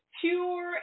pure